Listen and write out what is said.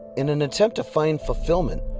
in an attempt to find fulfillment,